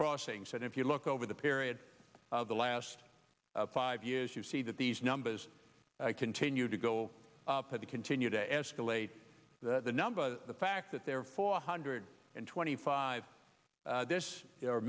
crossings and if you look over the period of the last five years you see that these numbers continue to go up to continue to escalate the number the fact that there are four hundred and twenty five this